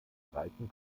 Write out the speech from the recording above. breiten